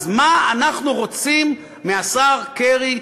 אז מה אנחנו רוצים מהשר קרי,